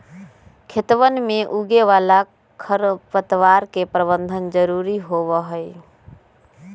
खेतवन में उगे वाला खरपतवार के प्रबंधन जरूरी होबा हई